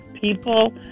people